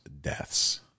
deaths